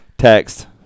Text